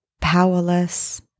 powerless